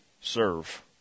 serve